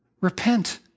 Repent